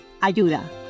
ayuda